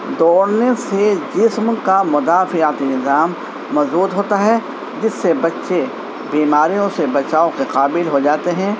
دوڑنے سے جسم کا مدافعتی نظام مضبوط ہوتا ہے جس سے بچے بیماریوں سے بچاؤ کے قابل ہو جاتے ہیں